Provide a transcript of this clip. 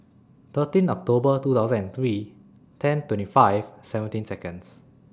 thirteen October two thousand and three ten twenty five seventeen Seconds